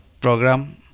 program